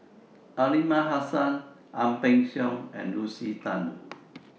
Aliman Hassan Ang Peng Siong and Lucy Tan